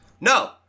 no